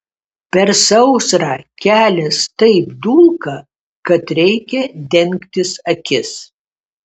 per sausrą kelias taip dulka kad reikia dengtis akis